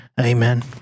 Amen